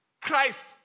Christ